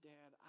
Dad